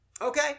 okay